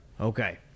Okay